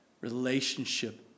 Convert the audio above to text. relationship